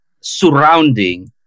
surrounding